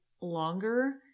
longer